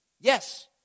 Yes